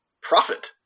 profit